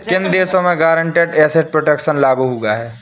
किन देशों में गारंटीड एसेट प्रोटेक्शन लागू हुआ है?